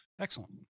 Excellent